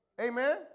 Amen